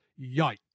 Yikes